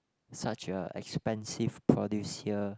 such a expensive produce here